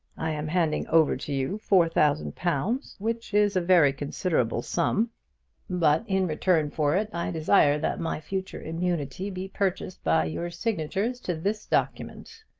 i am handing over to you four thousand pounds, which is a very considerable sum but in return for it i desire that my future immunity be purchased by your signatures to this document.